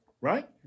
Right